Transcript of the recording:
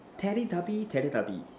teletubbies teletubbies